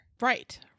Right